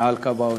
מעל קו העוני.